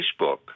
Facebook